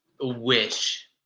wish